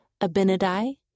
Abinadi